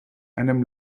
einem